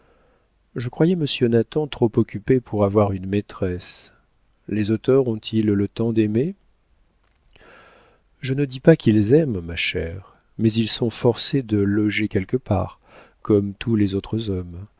je croyais monsieur nathan trop occupé pour avoir une maîtresse les auteurs ont-ils le temps d'aimer je ne dis pas qu'ils aiment ma chère mais ils sont forcés de loger quelque part comme tous les autres hommes